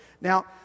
Now